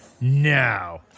now